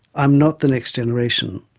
i'm not the next generation.